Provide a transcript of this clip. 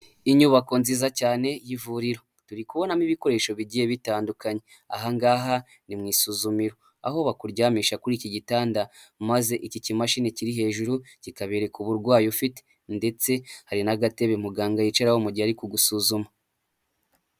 Inyubako nziza cyane y'ivuriro, turi kubonamo ibikoresho bigiye bitandukanye, aha ngaha ni mu isuzumiro aho bakuryamisha kuri iki gitanda, maze iki kimashini kiri hejuru kikabereka uburwayi ufite, ndetse hari n'agatebe muganga yicaraho mu gihe ari kugusuzuma.